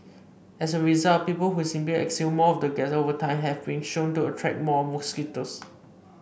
as a result people who simply exhale more of the gas over time have been shown to attract more mosquitoes